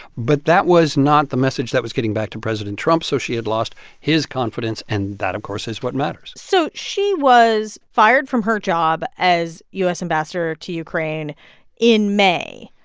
but that was not the message that was getting back to president trump, so she had lost his confidence. and that, of course, is what matters so she was fired from her job as u s. ambassador to ukraine in may,